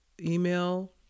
email